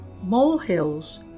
molehills